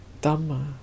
Dhamma